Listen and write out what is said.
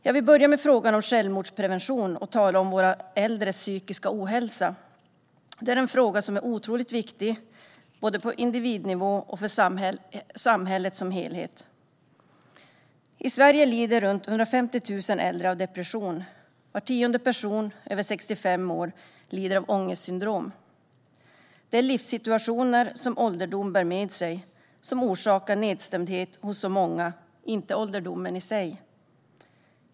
Jag vill börja med frågan om självmordsprevention och med att tala om våra äldres psykiska ohälsa. Det är en fråga som är otroligt viktig, både på individnivå och för samhället som helhet. I Sverige lider runt 150 000 äldre av depression. Var tionde person över 65 år lider av ångestsyndrom. Det är den livssituation som ålderdom bär med sig som orsakar nedstämdhet hos så många - inte ålderdomen i sig.